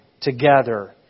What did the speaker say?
together